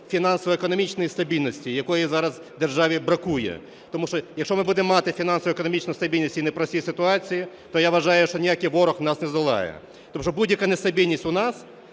фінансово-економічної стабільності, якої зараз державі бракує. Тому що якщо ми будемо мати фінансово-економічну стабільність в цій непростій ситуації, то я вважаю, що ніякий ворог нас не здолає. Тому що будь-яка нестабільність у нас